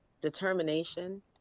determination